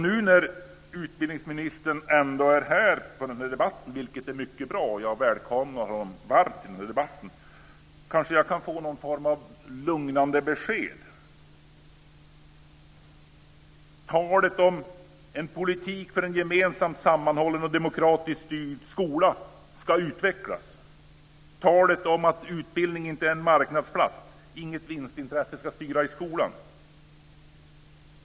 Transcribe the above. Nu när utbildningsministern ändå är här för att delta i debatten - vilket är mycket bra, och jag välkomnar honom varmt till debatten - kanske jag kan få något lugnande besked. Talet om att en politik för en gemensam, sammanhållen och demokratiskt styrd skola ska utvecklas. Talet om att utbildning inte är en marknadsplats och att inget vinstintresse ska styra i skolan.